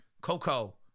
Coco